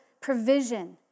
provision